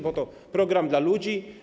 Bo to program dla ludzi?